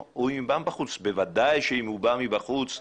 כל הנתונים שם מפורסמים.